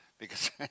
because-